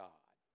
God